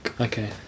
Okay